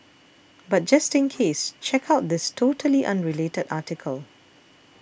but just in case check out this totally unrelated article